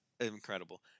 Incredible